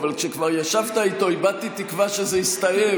אבל כשכבר ישבת איתו איבדתי תקווה שזה יסתיים,